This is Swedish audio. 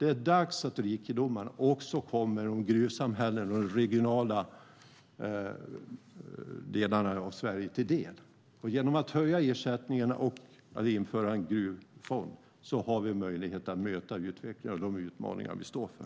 Det är dags att rikedomarna också kommer gruvsamhällena och de regionala delarna av Sverige till del. Genom att höja ersättningen och införa en gruvfond har vi möjlighet att möta utvecklingen och de utmaningar vi står inför.